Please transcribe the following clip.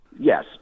Yes